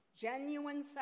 genuine